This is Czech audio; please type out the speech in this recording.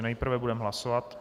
Nejprve budeme hlasovat.